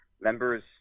members